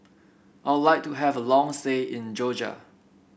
I would like to have a long stay in Georgia